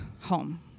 home